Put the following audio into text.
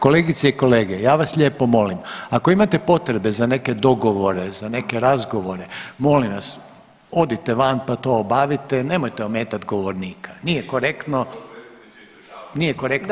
Kolegice i kolege ja vas lijepo molim ako imate potrebe za neke dogovore, za neke razgovore molim vas odite van pa to obavite nemojte ometati govornika, nije korektno, nije korektno.